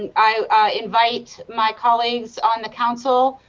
i invite my colleagues on the council,